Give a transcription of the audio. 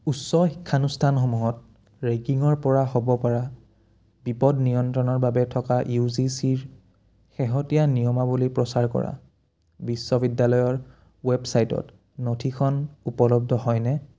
উচ্চ শিক্ষানুষ্ঠানসমূহত ৰেগিঙৰপৰা হ'বপৰা বিপদ নিয়ন্ত্ৰণৰ বাবে থকা ইউ জি চিৰ শেহতীয়া নিয়মাৱলী প্ৰচাৰ কৰা বিশ্ববিদ্যালয়ৰ ৱেবছাইটত নথিখন উপলব্ধ হয়নে